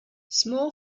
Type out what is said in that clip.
small